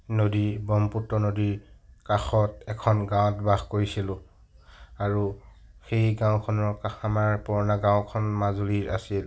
নদী ব্ৰহ্মপুত্ৰ নদীৰ কাষত এখন গাঁৱত বাস কৰিছিলোঁ আৰু সেই গাঁওখনৰ আমাৰ পুৰণা গাঁওখন মাজুলীৰ আছিল